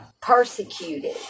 persecuted